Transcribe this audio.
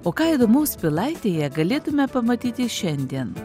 o ką įdomaus pilaitėje galėtume pamatyti šiandien